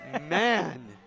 Man